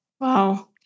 wow